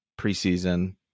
preseason